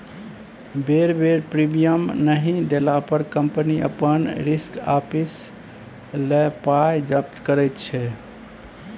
बेर बेर प्रीमियम नहि देला पर कंपनी अपन रिस्क आपिस लए पाइ जब्त करैत छै